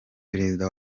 perezida